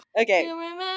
okay